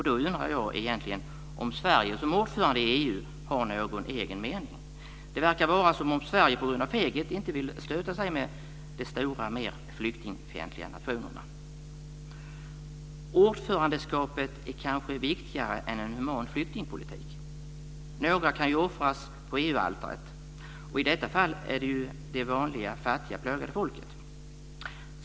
Då undrar jag om Sverige som ordförande i EU egentligen har någon egen mening. Det verkar som om Sverige på grund av feghet inte vill stöta sig med de stora, mer flyktingfientliga, nationerna. Ordförandeskapet är kanske viktigare än en human flyktingpolitik. Några kan ju offras på EU-altaret - och i detta fall är det det vanliga, fattiga, plågade folket.